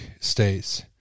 states